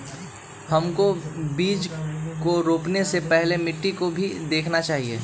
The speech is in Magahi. हमको बीज को रोपने से पहले मिट्टी को भी देखना चाहिए?